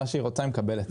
מה שהיא רוצה היא מקבלת.